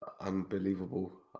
Unbelievable